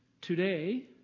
today